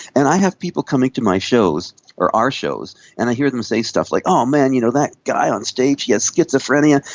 and i have people coming to my shows or our shows and i hear them say stuff like, oh man, you know that guy on stage, he has schizophrenia,